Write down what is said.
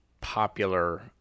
popular